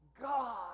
God